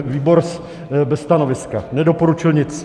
Výbor bez stanoviska, nedoporučil nic.